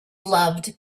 loved